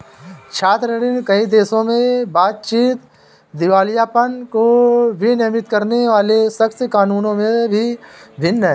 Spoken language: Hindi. छात्र ऋण, कई देशों में बातचीत, दिवालियापन को विनियमित करने वाले सख्त कानूनों में भी भिन्न है